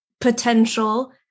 potential